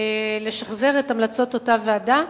לשחזר את המלצות אותה ועדה,